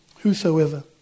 Whosoever